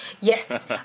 Yes